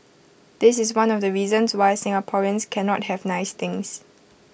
this is one of the reasons why Singaporeans cannot have nice things